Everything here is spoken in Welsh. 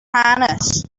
hanes